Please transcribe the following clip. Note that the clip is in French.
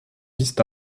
visent